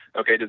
okay,